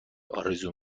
آرزو